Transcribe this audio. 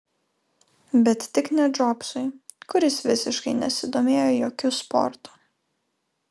bet tik ne džobsui kuris visiškai nesidomėjo jokiu sportu